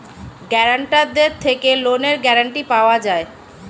গ্যারান্টারদের থেকে লোনের গ্যারান্টি পাওয়া যায়